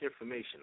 information